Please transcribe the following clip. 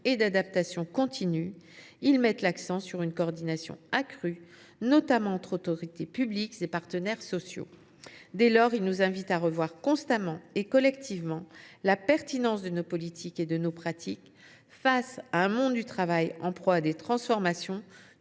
et d’adaptation continues, mettent l’accent sur une coordination accrue, notamment entre autorités publiques et partenaires sociaux. Dès lors, ils nous invitent à revoir constamment et collectivement la pertinence de nos politiques et de nos pratiques, face à un monde du travail en proie à des transformations